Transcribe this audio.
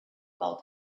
about